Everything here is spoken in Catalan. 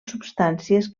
substàncies